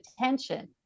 attention